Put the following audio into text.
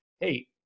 hey